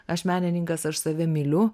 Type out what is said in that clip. aš menininkas aš save myliu